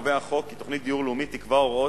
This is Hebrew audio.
קובע החוק כי תוכנית דיור לאומי תקבע הוראות